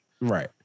Right